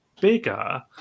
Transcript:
bigger